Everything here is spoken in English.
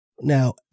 Now